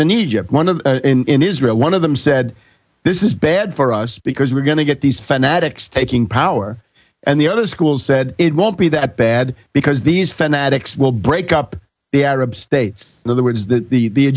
in egypt one of in israel one of them said this is bad for us because we're going to get these fanatics taking power and the other schools said it won't be that bad because these fanatics will break up the arab states in other words that the